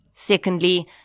Secondly